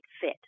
fit